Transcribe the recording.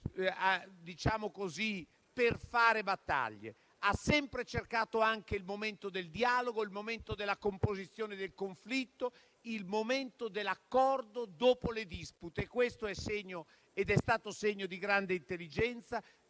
per fare battaglie. Ha sempre cercato anche il momento del dialogo, il momento della composizione del conflitto, il momento dell'accordo dopo le dispute. Questo è stato segno di grande intelligenza,